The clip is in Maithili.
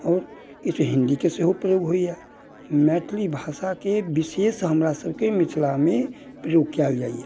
आओर किछु हिन्दीके सेहो प्रयोग होइया मैथिली भाषाके विशेष हमरा सभकेँ मिथिलामे प्रयोग कयल जाइया